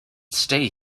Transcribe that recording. stay